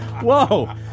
Whoa